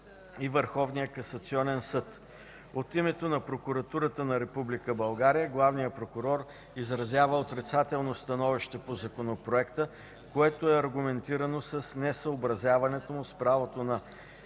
и Върховния касационен съд. От името на Прокуратурата на Република България главният прокурор изразява отрицателно становище по Законопроекта, което е аргументирано с несъобразяването му с правото на